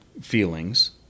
feelings